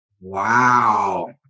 Wow